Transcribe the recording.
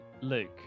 Luke